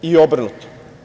I obrnuto.